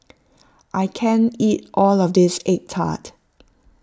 I can't eat all of this Egg Tart